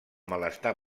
malestar